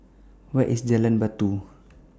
Where IS Jalan Batu